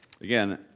Again